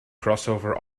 crossover